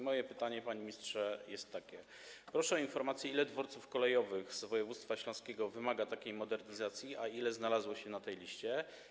Moje pytanie, panie ministrze - proszę o informację - jest takie: Ile dworców kolejowych z województwa śląskiego wymaga takiej modernizacji, a ile znalazło się na tej liście?